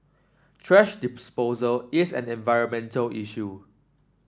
thrash disposal is an environmental issue